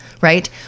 right